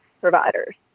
providers